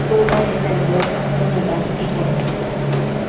चवदा डिसेंबर दोन हजार एकोणीस